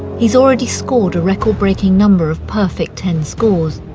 he's already scored a record-breaking number of perfect-ten scores,